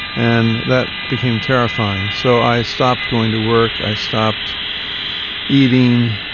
and that became terrifying. so i stopped going to work, i stopped eating,